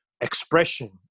expression